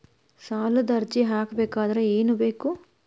ಸಾಲದ ಅರ್ಜಿ ಹಾಕಬೇಕಾದರೆ ಏನು ಬೇಕು?